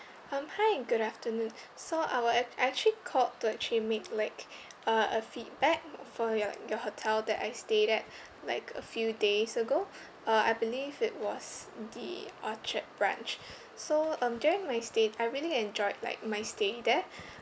um hi good afternoon so our act I actually called to actually make like uh a feedback for your your hotel that I stayed at like a few days ago uh I believe it was the orchard branch so um during my stay I really enjoyed like my stay there